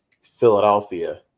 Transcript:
Philadelphia